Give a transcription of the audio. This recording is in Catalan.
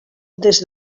des